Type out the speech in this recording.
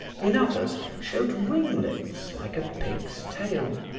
in others showed ringlets like a pig's tail.